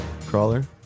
crawler